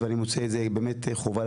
וזה באמת, אני